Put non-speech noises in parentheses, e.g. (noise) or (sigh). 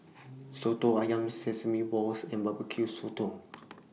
Soto Ayam Sesame Balls and Barbecue Sotong (noise)